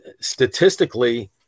statistically